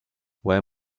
wear